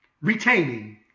retaining